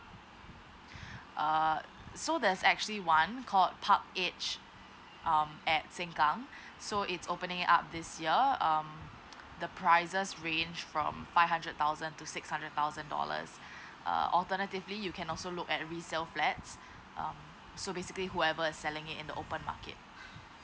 err so there's actually one called parkedge um at sin kang so it's opening up this year um the prices range from five hundred thousand to six hundred thousand dollars err alternatively you can also look at resale flats um so basically whoever selling is it in the open market